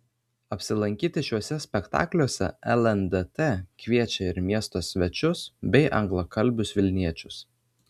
apsilankyti šiuose spektakliuose lndt kviečia ir miesto svečius bei anglakalbius vilniečius